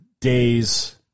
days